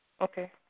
okay